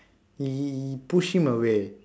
he he pushed him away